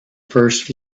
first